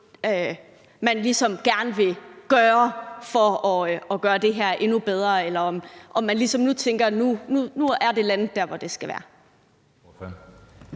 man ligesom gerne vil gøre for at gøre det her endnu bedre, eller om man tænker, at nu er det landet der, hvor det skal være.